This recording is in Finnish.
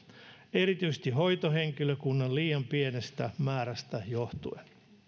erityisesti hoitohenkilökunnan liian pienestä määrästä johtuen